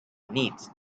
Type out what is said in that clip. needs